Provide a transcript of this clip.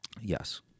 Yes